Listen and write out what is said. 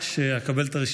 תודה רבה.